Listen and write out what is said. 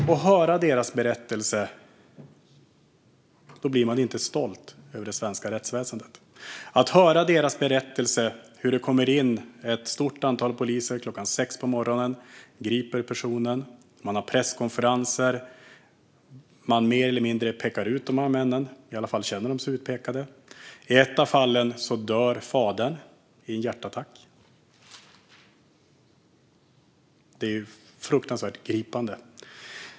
När man hör deras berättelser blir man inte stolt över det svenska rättsväsendet. Det är berättelser om hur det kommer in ett stort antal poliser klockan sex på morgonen och griper personen. Man har presskonferenser och pekar mer eller mindre ut dessa män. I varje fall känner de sig utpekade. I ett av fallen dör fadern i en hjärtattack. Det är fruktansvärt gripande.